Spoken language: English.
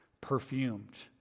perfumed